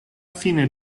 fine